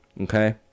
okay